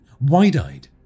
wide-eyed